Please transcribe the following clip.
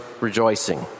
rejoicing